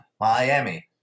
Miami